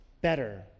better